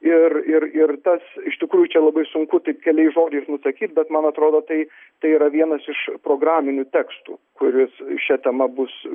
ir ir ir tas iš tikrųjų čia labai sunku taip keliais žodžiais nusakyt bet man atrodo taip tai yra vienas iš programinių tekstų kuris šia tema bus